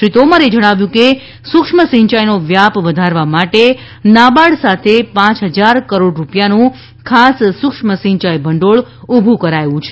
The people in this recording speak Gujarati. શ્રી તોમરે જણાવ્યું હતું કે સૂક્ષ્મ સિંચાઇનો વ્યાપ વધારવા માટે નાબાર્ડ સાથે પાંચ હજાર કરોડ રૂપિયાનું ખાસ સૂક્ષ્મ સિંચાઈ ભંડોળ ઊભું કરાયું છે